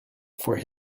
for